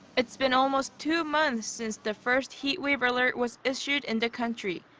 it's been almost two months since the first heat wave alert was issued in the country.